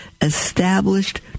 established